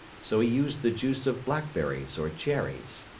so he used the juice of blackberries or cherries.